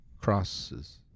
crosses